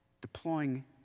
deploying